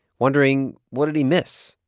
wondering, what did he miss?